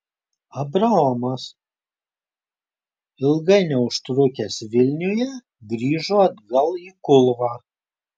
abraomas ilgai neužtrukęs vilniuje grįžo atgal į kulvą